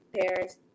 paris